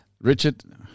Richard